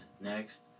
next